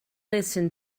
listen